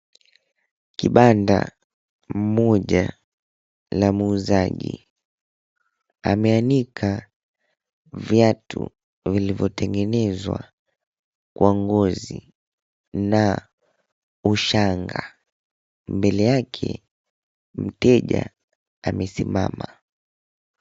Kibanda moja la muuzaji ameanika viatu vilivyotengenezwa kwa ngozi na shanga. Mbele yake mteja amesimama.